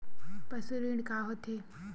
पशु ऋण का होथे?